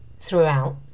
throughout